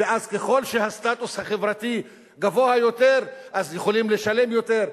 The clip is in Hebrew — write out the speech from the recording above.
ואז ככל שהסטטוס החברתי גבוה יותר יכולים לשלם יותר,